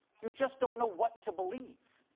you just don't know what to believe.